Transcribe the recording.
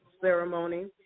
ceremony